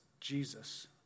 Jesus